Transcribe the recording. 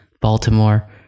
Baltimore